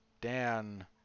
dan